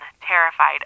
terrified